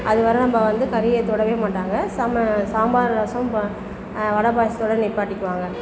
அது வர நம்ம வந்து கறியை தொடவே மாட்டாங்க சாம்பார் சாம்பார் ரசம் வா வடை பாயசத்தோடயே நிப்பாட்டிக்குவாங்க